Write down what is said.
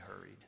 hurried